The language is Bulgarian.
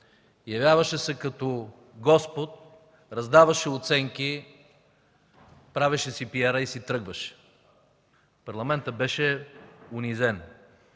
Явяваше се като Господ, раздаваше оценки, правеше си PR и си тръгваше. Парламентът беше унизен.